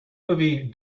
movie